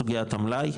סוגיית המלאי,